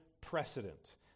precedent